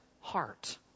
heart